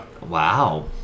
Wow